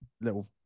little